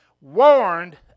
warned